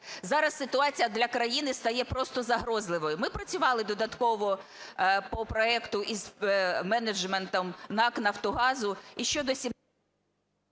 Зараз ситуація для країни стає просто загрозливою. Ми працювали додатково по проекту із менеджментом НАК "Нафтогазу"